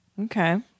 Okay